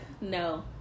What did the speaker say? No